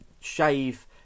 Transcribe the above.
shave